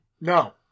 No